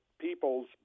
people's